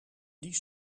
die